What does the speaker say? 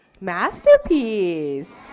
Masterpiece